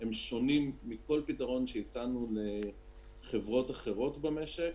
הם שונים מכל פתרון שהצענו לחברות אחרות במשק,